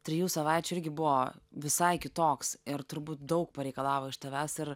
trijų savaičių irgi buvo visai kitoks ir turbūt daug pareikalavo iš tavęs ir